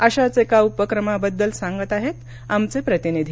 अश्याच एका उपक्रमाबद्दल सांगत आहेत आमचे प्रतिनिधी